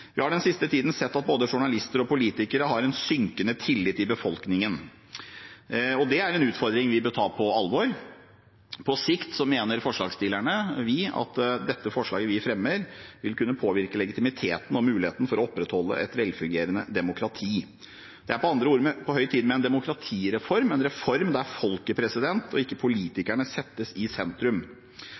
Vi har den siste tiden sett at både journalister og politikere har synkende tillit i befolkningen. Det er en utfordring vi bør ta på alvor. På sikt mener vi forslagsstillere at det forslaget vi fremmer, vil kunne påvirke legitimiteten og muligheten til å opprettholde et velfungerende demokrati. Det er med andre ord på høy tid med en demokratireform, en reform der folket – og ikke politikerne – settes i sentrum.